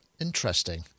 Interesting